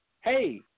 hey